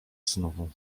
znowu